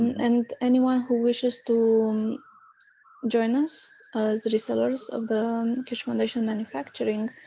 and anyone who wishes to join us as resellers of the keshe foundation manufacturing,